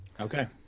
Okay